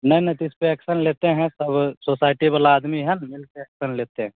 नहीं नहीं तो इस पर एक्सन लेते हैं तब सोसाइटी वाला आदमी है मिलकर एक्सन लेते हैं